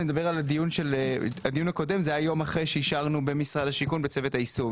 הדיון הקודם היה יום אחרי שאישרנו במשרד השיכון בצוות היישום,